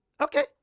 Okay